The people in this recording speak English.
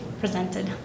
presented